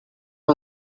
政府